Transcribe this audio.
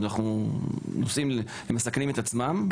הם מסכנים את עצמם,